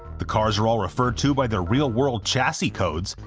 the cars are all referred to by their real-world chassis codes,